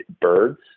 birds